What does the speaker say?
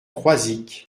croisic